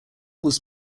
was